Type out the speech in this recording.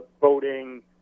voting